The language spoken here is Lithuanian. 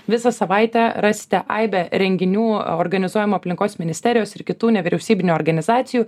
visą savaitę rasite aibę renginių organizuojamų aplinkos ministerijos ir kitų nevyriausybinių organizacijų